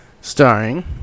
Starring